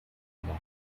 amor